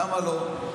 למה לא?